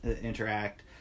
interact